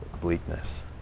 bleakness